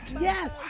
Yes